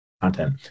content